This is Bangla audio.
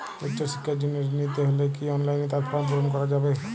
উচ্চশিক্ষার জন্য ঋণ নিতে হলে কি অনলাইনে তার ফর্ম পূরণ করা যাবে?